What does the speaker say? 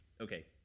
Okay